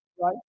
Right